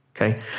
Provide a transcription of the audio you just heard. Okay